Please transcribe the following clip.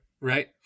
right